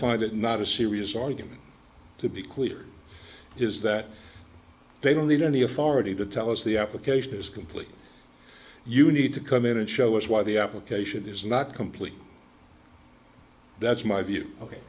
it not a serious argument to be clear is that they don't need any authority to tell us the application is complete you need to come in and show us why the application is not complete that's my view o